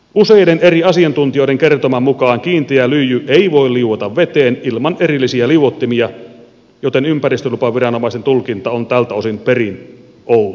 useiden eri asiantuntijoiden kertoman mukaan kiinteä lyijy ei voi liueta veteen ilman erillisiä liuottimia joten ympäristölupaviranomaisen tulkinta on tältä osin perin outo